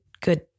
good